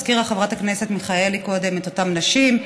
הזכירה חברת הכנסת מיכאלי קודם את אותן נשים,